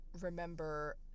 remember